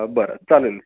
बरं चालेल